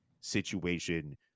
situation